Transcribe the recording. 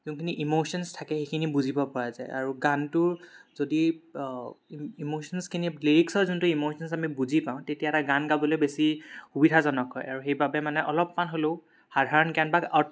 যোনখিনি ইম'শ্যনছ থাকে সেইখিনি বুজিব পৰা যায় আৰু গানটোৰ যদি ইম'শ্যনছখিনি লিৰিক্সৰ যোনটো ইম'শ্যনছ আমি বুজি পাওঁ তেতিয়া এটা গান গাবলৈ বেছি সুবিধাজনক হয় আৰু সেইবাবে মানে অলপমান হ'লেও সাধাৰণ জ্ঞান বা অ